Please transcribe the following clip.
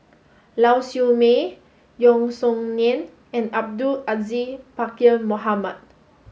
Lau Siew Mei Yeo Song Nian and Abdul Aziz Pakkeer Mohamed